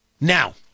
Now